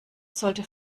sollte